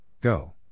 Go